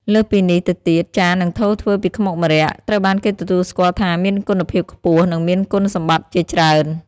លើសពីនេះ ទៅទៀត ចាន និងថូធ្វើពីខ្មុកម្រ័ក្សណ៍ ត្រូវបានគេទទួលស្គាល់ថាមានគុណភាពខ្ពស់ និងមានគុណសម្បត្តិជាច្រើន។